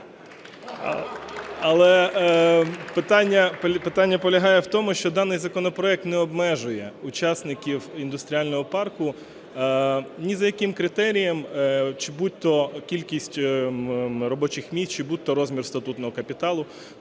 Але питання полягає в тому, що даний законопроект не обмежує учасників індустріального парку ні за яким критерієм: чи будь то кількість робочих місць, чи будь то розмір статутного капіталу.